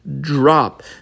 drop